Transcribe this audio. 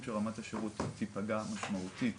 השירות תפגע משמעותית